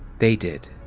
they did.